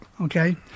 Okay